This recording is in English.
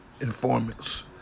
informants